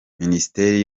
minisiteri